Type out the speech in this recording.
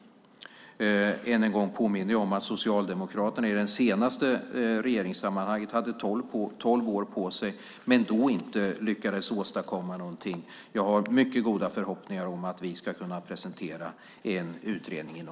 Ännu en gång påminner jag om att Socialdemokraterna senast de var i regeringsställning hade tolv år på sig och då inte lyckades åstadkomma någonting. Jag har, fru talman, mycket goda förhoppningar om att vi inom kort kan presentera en utredning.